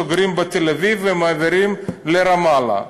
סוגרים בתל-אביב ומעבירים לרמאללה.